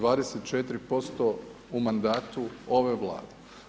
24% u mandatu ove vlade.